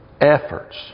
efforts